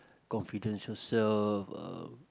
confidential so uh